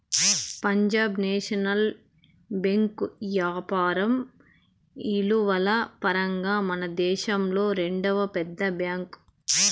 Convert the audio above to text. Punjab National Bank యాపారం ఇలువల పరంగా మనదేశంలో రెండవ పెద్ద బ్యాంక్